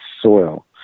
soil